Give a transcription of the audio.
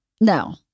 No